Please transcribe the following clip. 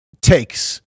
takes